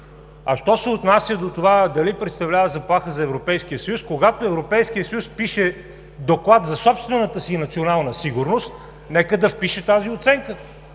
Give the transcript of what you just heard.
А що се отнася до това дали представлява заплаха за Европейския съюз, когато Европейският съюз пише доклад за собствената си национална сигурност, нека да впише тази оценка.